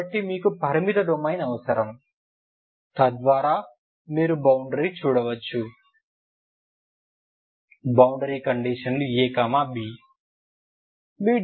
కాబట్టి మీకు పరిమిత డొమైన్ అవసరం తద్వారా మీరు బౌండరీ చూడవచ్చు బౌండరీ కండిషన్లు a b